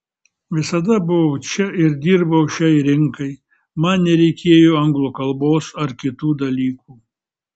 visada buvau čia ir dirbau šiai rinkai man nereikėjo anglų kalbos ar kitų dalykų